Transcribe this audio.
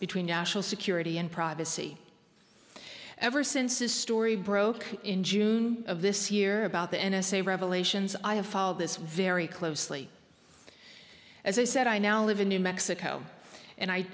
between national security and privacy ever since this story broke in june of this year about the n s a revelations i have followed this very closely as i said i now live in new mexico and i